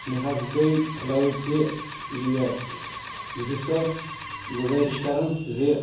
مےٚ حظ گے فٕلایٹ تہِ لیٹ بہٕ چھُس تۄہہِ گُزٲرِش کران زِ